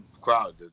crowd